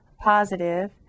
positive